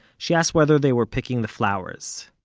she asked whether they were picking the flowers